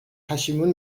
پشیمون